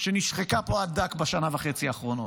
שנשחקה פה עד דק בשנה וחצי האחרונות,